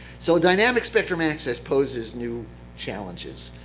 so dynamic spectrum access poses new challenges.